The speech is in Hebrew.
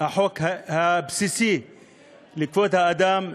החוק הבסיסי של כבוד האדם,